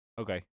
Okay